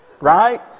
right